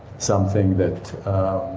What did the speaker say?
something that